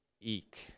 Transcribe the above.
eek